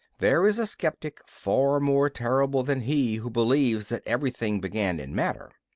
there is a sceptic far more terrible than he who believes that everything began in matter.